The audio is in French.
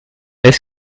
est